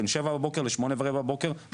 בין שבע בבוקר לשמונה ורבע בבוקר,